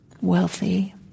wealthy